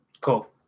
Cool